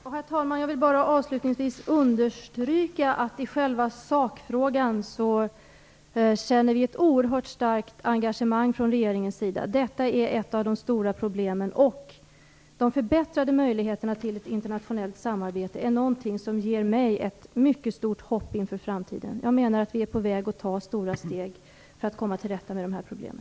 Herr talman! Jag vill bara avslutningsvis understryka att vi från regeringens sida i själva sakfrågan känner ett mycket stort engagemang. Detta är ett av de stora problemen. De förbättrade möjligheterna till ett internationellt samarbete är någonting som ger mig ett mycket stort hopp inför framtiden. Jag menar att vi är på väg att ta stora steg för att komma till rätta med de här problemen.